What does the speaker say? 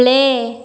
play